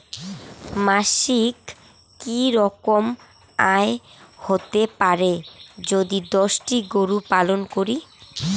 মাসিক কি রকম আয় হতে পারে যদি দশটি গরু পালন করি?